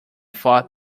thought